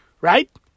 Right